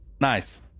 nice